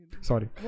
Sorry